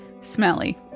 smelly